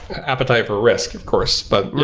appetite for risk, of course. but yeah,